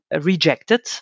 rejected